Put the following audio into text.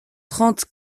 trente